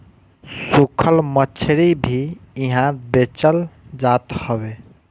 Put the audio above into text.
सुखल मछरी भी इहा बेचल जात हवे